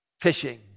fishing